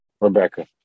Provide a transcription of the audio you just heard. rebecca